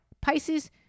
Pisces